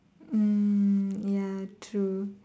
hmm ya true